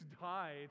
died